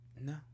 No